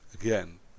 again